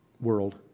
world